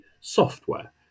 software